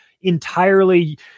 entirely